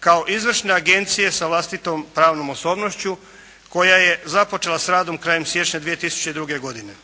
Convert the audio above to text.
kao izvršne agencije sa vlastitom pravnom osobnošću koja je započela s radom krajem siječnja 2002. godine.